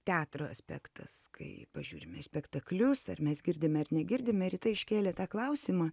teatro aspektas kai pažiūrime spektaklius ar mes girdime ar negirdime rita iškėlė tą klausimą